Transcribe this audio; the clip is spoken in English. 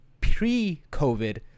pre-COVID